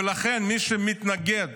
ולכן מי שמתנגד